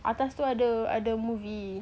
atas tu ada ada movie